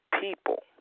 people